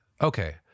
Okay